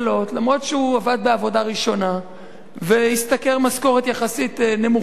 אף שהוא עבד בעבודה ראשונה והשתכר משכורת יחסית נמוכה,